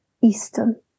Eastern